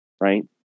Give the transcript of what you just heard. right